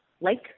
lake